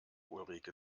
ulrike